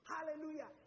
Hallelujah